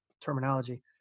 terminology